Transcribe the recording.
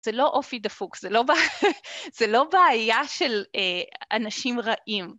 זה לא אופי דפוק, זה לא בעיה של אנשים רעים.